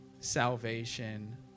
salvation